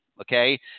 Okay